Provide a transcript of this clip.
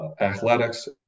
athletics